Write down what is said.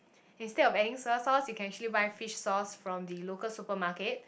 instead of adding soya sauce you can actually try buying fish sauce from the local supermarket